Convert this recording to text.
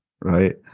right